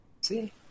See